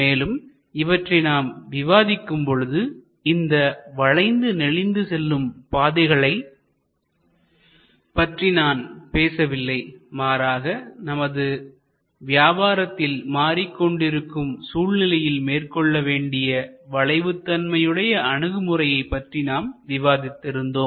மேலும் இவற்றை நாம் விவாதிக்கும் பொழுது இந்த வளைந்து நெளிந்து செல்லும் பாதைகளை பற்றி நான் பேசவில்லை மாறாக நமது வியாபாரத்தில் மாறிக் கொண்டிருக்கும் சூழ்நிலையில் மேற்கொள்ளவேண்டிய வளைவு தன்மையுடைய அணுகுமுறையை பற்றி நாம் விவாதித்து இருந்தோம்